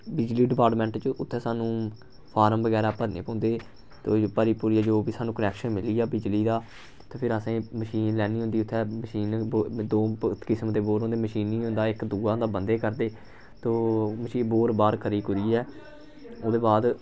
बिजली डिपार्टमेंट च उत्थै सानूं फार्म बगैरा भरने पौंदे ते भरी भुरियै जो बी सानूं कनैक्शन मिली गेआ बिजली दा ते फिर असें मशीन लैनी होंदी उत्थै मशीन दो किसम दे बोर होंदे मशीनी होंदा इक दूआ होंदा बंदे करदे ते ओह् बोर बार करी कुरियै उ'दे बाद